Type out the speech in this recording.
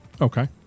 Okay